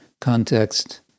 context